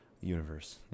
universe